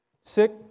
Sick